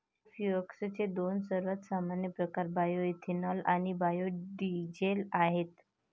बायोफ्युएल्सचे दोन सर्वात सामान्य प्रकार बायोएथेनॉल आणि बायो डीझेल आहेत